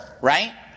right